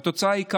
והתוצאה היא כאן.